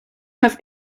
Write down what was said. have